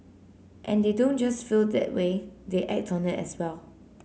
and they don't just feel that way they act on it as well